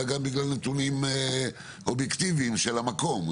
אלא גם בגלל נתונים אובייקטיבים של המקום,